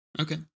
Okay